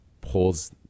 Pulls